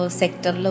sector